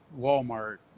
Walmart